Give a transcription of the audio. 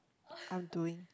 I'm doing